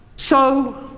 so,